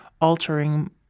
altering